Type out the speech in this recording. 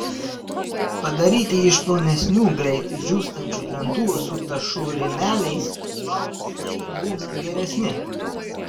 padaryti iš plonesnių greit džiūstančių lentų su tašų rėmeliais plautai būna geresni